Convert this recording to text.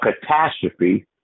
catastrophe